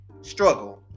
struggle